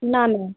ना ना